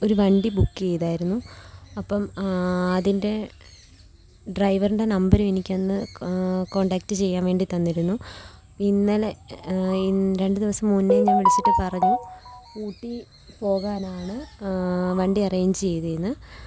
ഒരു വണ്ടി ബുക്ക് ചെയ്തായിരുന്നു അപ്പം അതിൻ്റെ ഡ്രൈവറിൻ്റെ നമ്പർ എനിക്കന്ന് കോൺടാക്ട് ചെയ്യാൻ വേണ്ടി തന്നിരുന്നു ഇന്നലെ ഇൻ രണ്ടു ദിവസം മുൻപേ ഞാൻ വിളിച്ചിട്ട് പറഞ്ഞു ഊട്ടി പോകാനാണ് വണ്ടി അറേഞ്ച് ചെയ്തേയെന്ന്